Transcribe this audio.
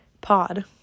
pod